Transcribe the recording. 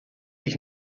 ich